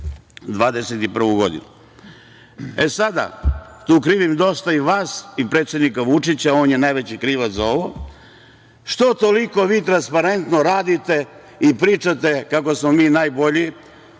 2021. godinu. Tu krivim dosta i vas i predsednika Vučića, on je najveći krivac za ovo, zašto toliko vi transparentno radite i pričate kako smo mi najbolji,